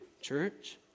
church